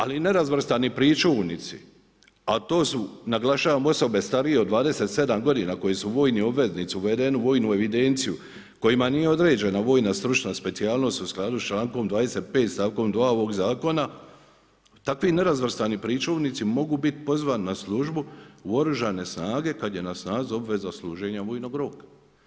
Ali nerazvrstani pričuvnici, a to su naglašavam, osobe starije od 27 godina koji su vojni obveznici uvedeni u vojnu evidenciju, kojima nije određena vojna stručna specijalnost u skladu sa člankom 25. stavkom 2. ovog zakona, takvi nerazvrstani pričuvnici mogu biti pozvani na službu u Oružane snage kada je na snazi obveza odsluženja vojnog roka.